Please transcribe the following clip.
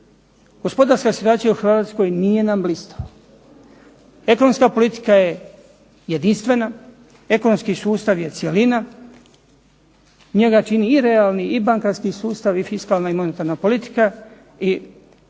gospodarska situacija u Hrvatskoj nije nama blistava. Ekonomska politika je jedinstvena, ekonomski sustav je cjelina, njega čini i realni i bankarski sustav i fiskalna i monetarna politika i ne